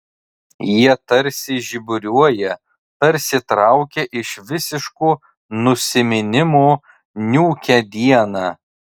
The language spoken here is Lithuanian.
jie tarsi žiburiuoja tarsi traukia iš visiško nusiminimo niūkią dieną